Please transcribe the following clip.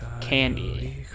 candy